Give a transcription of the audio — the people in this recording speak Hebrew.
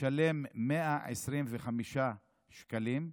משלם 125 שקלים,